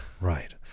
Right